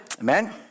amen